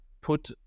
put